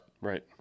right